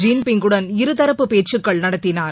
ஜின்பிங்குடன் இருதரப்பு பேச்சுகள் நடத்தினார்